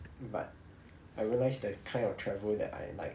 but I realise that kind of travel that I like